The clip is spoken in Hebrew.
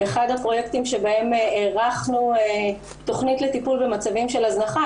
באחד הפרויקטים שבהם הערכנו תוכנית לטיפול במצבים של הזנחה,